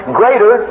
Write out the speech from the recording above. greater